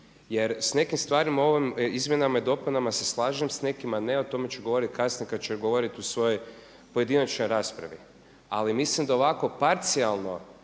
jer s nekim stvarima u ovim izmjenama i dopunama se slažem, s nekima ne, o tome ću govoriti kasnije kada ću govoriti u svojoj pojedinačnoj raspravi. Ali mislim da ovako parcijalno